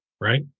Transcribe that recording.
right